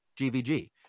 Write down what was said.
GVG